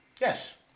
Yes